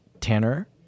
Tanner